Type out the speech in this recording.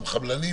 גם חבלנים,